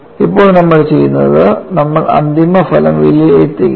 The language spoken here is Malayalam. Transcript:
ഇപ്പോൾ നമ്മൾ ചെയ്യുന്നത് നമ്മൾ അന്തിമഫലം വിലയിരുത്തുകയാണ്